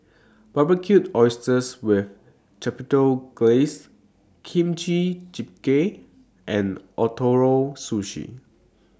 Barbecued Oysters with Chipotle Glaze Kimchi Jjigae and Ootoro Sushi